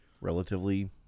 relatively